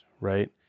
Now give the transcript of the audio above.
right